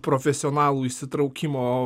profesionalų įsitraukimo